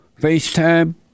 FaceTime